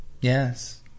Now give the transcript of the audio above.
yes